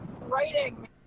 writing